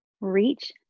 Reach